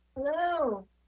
Hello